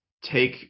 take